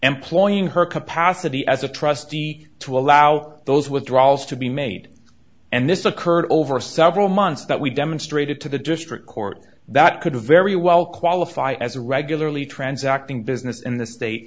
employing her capacity as a trustee to allow those withdrawals to be made and this occurred over several months that we demonstrated to the district court that could very well qualify as a regularly transacting business